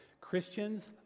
Christians